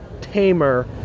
tamer